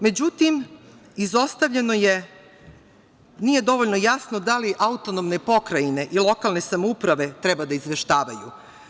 Međutim, izostavljeno je, odnosno nije dovoljno jasno da li autonomne pokrajine i lokalne samouprave treba da izveštavaju.